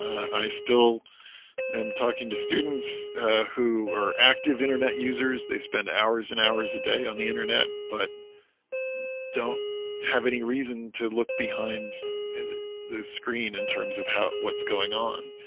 i still am talking to students who are active internet users they spend hours and hours a day on the internet, but don't have any reason to look behind the screen in terms of how what's going on?